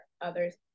others